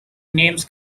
names